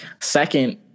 Second